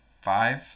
five